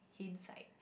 hint side